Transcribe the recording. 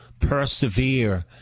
persevere